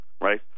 right